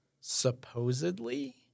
Supposedly